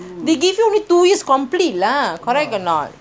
they give you only two years to complete lah correct or not ah